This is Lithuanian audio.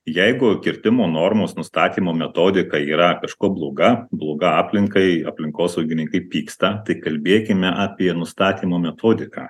jeigu kirtimo normos nustatymo metodika yra kažkuo bloga bloga aplinkai aplinkosaugininkai pyksta tai kalbėkime apie nustatymo metodiką